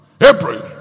April